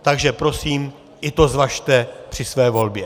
Takže prosím, i to zvažte při své volbě.